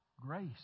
grace